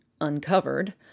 uncovered